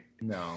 No